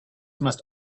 must